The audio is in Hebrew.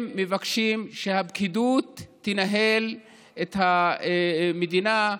הם מבקשים שהפקידות תנהל את המדינה,